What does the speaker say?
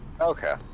Okay